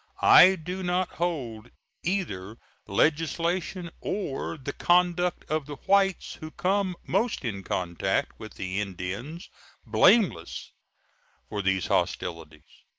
i do not hold either legislation or the conduct of the whites who come most in contact with the indian blameless for these hostilities.